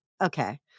okay